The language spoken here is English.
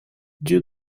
you